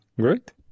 Great